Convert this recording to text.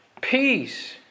Peace